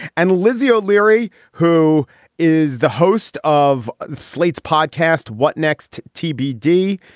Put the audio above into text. and lizzie o'leary, who is the host of slate's podcast, what next? tbd.